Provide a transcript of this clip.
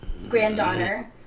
Granddaughter